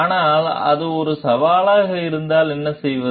ஆனால் அது ஒரு சவாலாக இருந்தால் என்ன செய்வது